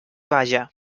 balla